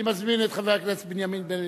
אני מזמין את חבר הכנסת בן-אליעזר,